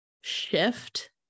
shift